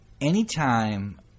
anytime